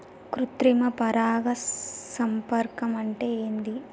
కృత్రిమ పరాగ సంపర్కం అంటే ఏంది?